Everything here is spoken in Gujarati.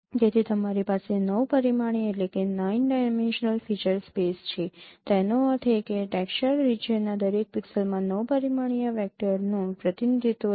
તેથી તમારી પાસે નવ પરિમાણીય ફીચર સ્પેસ છે તેનો અર્થ એ કે ટેક્સચર્ડ રિજિયનના દરેક પિક્સેલમાં 9 પરિમાણીય વેક્ટરનું પ્રતિનિધિત્વ છે